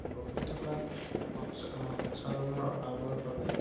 বহি থকা সঞ্চা সঞ্চালনৰ অভাৱৰ বাবে